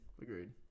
agreed